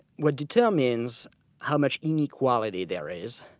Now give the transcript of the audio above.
what determines how much inequality there is,